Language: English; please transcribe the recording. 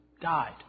died